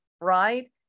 right